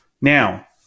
Now